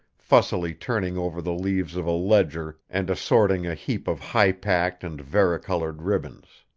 fussily turning over the leaves of a ledger and assorting a heap of high-packed and vari-colored ribbons.